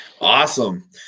Awesome